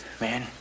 man